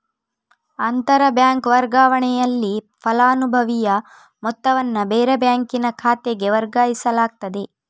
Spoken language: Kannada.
ಅಂತರ ಬ್ಯಾಂಕ್ ವರ್ಗಾವಣೆನಲ್ಲಿ ಫಲಾನುಭವಿಯ ಮೊತ್ತವನ್ನ ಬೇರೆ ಬ್ಯಾಂಕಿನ ಖಾತೆಗೆ ವರ್ಗಾಯಿಸಲಾಗ್ತದೆ